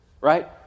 right